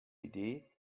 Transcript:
idee